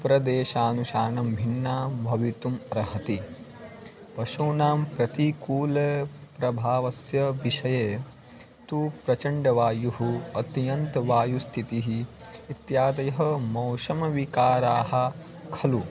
प्रदेशानुसारं भिन्ना भवितुम् अर्हति पशूनां प्रतिकूलप्रभावस्य विषये तु प्रचण्डवायुः अत्यन्तवायुस्थितिः इत्यादयः मौशमविकाराः खलु